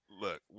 look